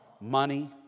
money